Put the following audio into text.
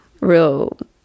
real